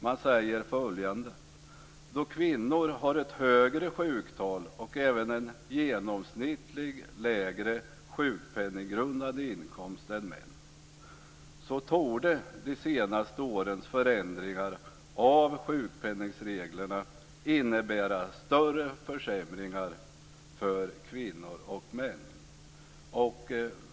Man säger följande: Då kvinnor har ett högre sjuktal och även en genomsnittligt lägre sjukpenninggrundande inkomst än män så torde de senaste årens förändringar av sjukpenningreglerna innebära större försämringar för kvinnor än män.